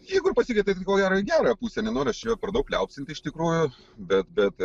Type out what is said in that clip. jeigu ir pasikeitė tai ko gero į gerąją pusę nenoriu aš čia jo per daug liaupsint iš tikrųjų bet bet